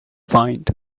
find